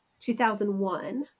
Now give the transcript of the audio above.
2001